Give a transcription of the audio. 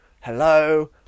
Hello